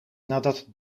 nadat